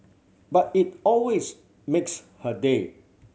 but it always makes her day